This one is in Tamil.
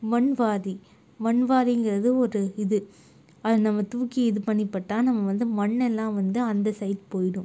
மண் வாரி மண் வாரிங்கிறது ஒரு இது அது நம்ம தூக்கி இது பண்ணி போட்டால் நம்ம வந்து மண் எல்லாம் வந்து அந்த சைடு போய்டும்